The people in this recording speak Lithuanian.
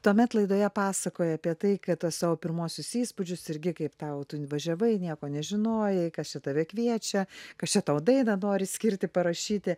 tuomet laidoje pasakojai apie tai kad tuos savo pirmuosius įspūdžius irgi kaip tau tu važiavai nieko nežinojai kas čia tave kviečia kas čia tau dainą nori skirti parašyti